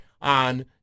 on